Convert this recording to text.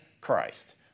Christ